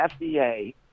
FDA